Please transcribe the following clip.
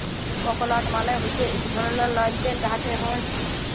ককলাট মালে ইক ধরলের লাইরকেল গাহাচে হ্যয়